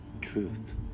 truth